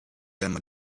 them